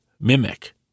mimic